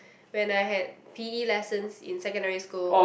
when I had p_e lessons in secondary school